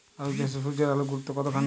আলু চাষে সূর্যের আলোর গুরুত্ব কতখানি?